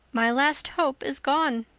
my last hope is gone,